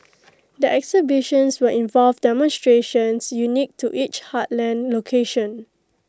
the exhibitions will involve demonstrations unique to each heartland location